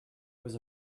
was